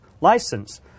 license